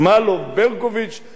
וגם אחרים מהליכוד,